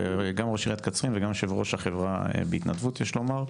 גם ראש עריית קצרין וגם יושב ראש החברה בהתנדבות יש לומר.